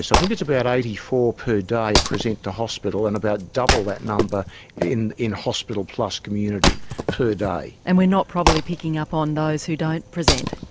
so think it's about eighty four per day present to hospital and about double that number in in hospital plus community per day. and we're not probably picking up on those who don't present.